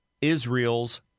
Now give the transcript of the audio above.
Israel's